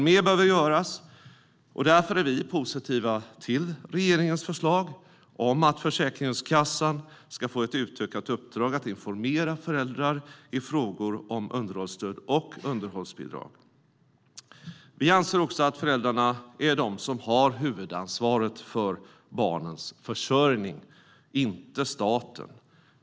Mer behöver dock göras, och därför är vi positiva till regeringens förslag om att Försäkringskassan ska få ett utökat uppdrag att informera föräldrar i frågor om underhållsstöd och underhållsbidrag. Vi anser också att föräldrarna är de som har huvudansvaret för barnens försörjning, inte staten.